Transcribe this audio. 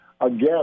Again